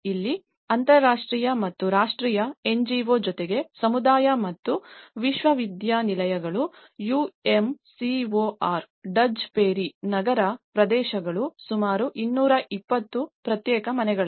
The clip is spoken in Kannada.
ಇಲ್ಲಿ ಅಂತರರಾಷ್ಟ್ರೀಯ ಮತ್ತು ರಾಷ್ಟ್ರೀಯ NGO ಜೊತೆಗೆ ಸಮುದಾಯ ಮತ್ತು ವಿಶ್ವವಿದ್ಯಾನಿಲಯಗಳು UMCOR ಡಜ್ ಪೆರಿ ನಗರ ಪ್ರದೇಶಗಳು ಸುಮಾರು 220 ಪ್ರತ್ಯೇಕ ಮನೆಗಳಗಿದೆ